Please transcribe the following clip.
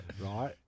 right